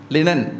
Linen